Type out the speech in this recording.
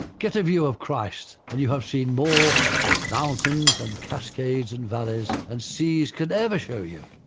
get a view of christ and you have seen more than mountains and cascades and valleys and seas could ever show you,